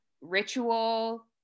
Ritual